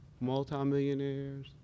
multimillionaires